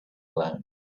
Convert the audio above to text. alone